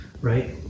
right